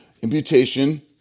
Imputation